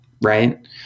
Right